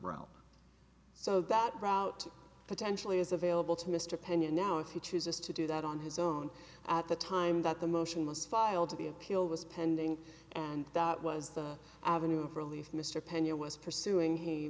route so that route potentially is available to mr pena now if he chooses to do that on his own at the time that the motion was filed to the appeal was pending and that was the avenue of relief mr pena was pursuing he